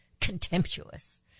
Contemptuous